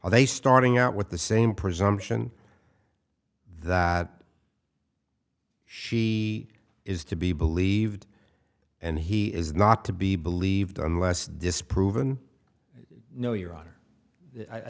are they starting out with the same presumption that she is to be believed and he is not to be believed unless disproven no your honor i